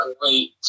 great